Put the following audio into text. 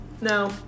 No